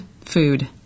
food